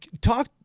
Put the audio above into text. Talk